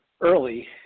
early